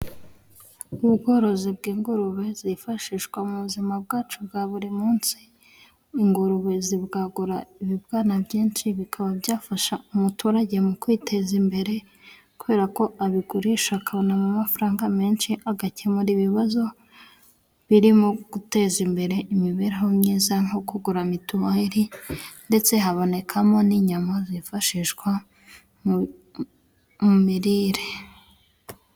Ubworozi bw'ingurube zifashishwa mu buzima bwacu bwa buri munsi. Ingurube zibwagura ibibwana byinshi bikaba byafasha umuturage mu kwiteza imbere, kubera ko abigurisha akabona amafaranga menshi, agakemura ibibazo birimo guteza imbere imibereho myiza nko kugura mituweli, ndetse habonekamo n'inyama zifashishwa mu mu mirire.